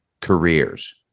careers